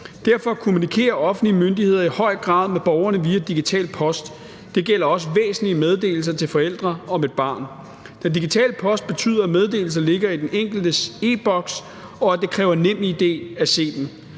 Derfor kommunikerer offentlige myndigheder i høj grad med borgerne via digital post, og det gælder også væsentlige meddelelser til forældre om et barn. Digital post betyder, at meddelelser ligger i den enkeltes e-Boks, og at det kræver en NemID at se dem.